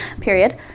Period